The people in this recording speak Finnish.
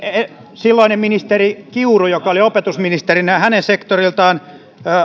silloinen ministeri kiuru joka oli opetusministerinä ja hänen sektoriltaan